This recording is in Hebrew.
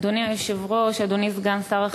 אדוני היושב-ראש, אדוני סגן שר החינוך,